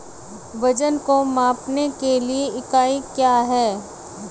वजन को मापने के लिए इकाई क्या है?